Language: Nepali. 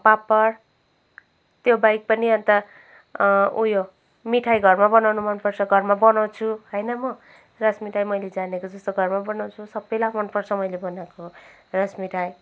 पापड त्यो बाहेक पनि अन्त उयो मिठाई घरमा बनाउनु मनपर्छ घरमा बनाउँछु होइन म रस मिठाई मैले जानेको जस्तो घरमा बनाउँछु सबैलाई मनपर्छ मैले बनाएको रस मिठाई